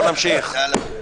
בוא נמשיך...